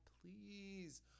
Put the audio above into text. please